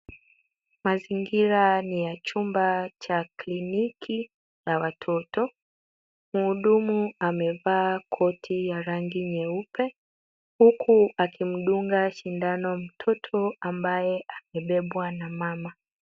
Mazingira ni ya chumba cha kliniki cha watoto. Mhudumu amevaa koti ya rangi nyeupe huku akimdunga sindano mtoto ambaye amebebwa na mama.